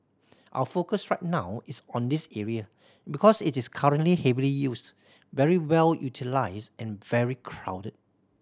our focus right now is on this area because it is currently heavily used very well utilised and very crowded